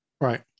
right